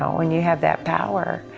um when you have that power,